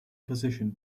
position